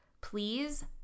Please